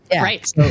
Right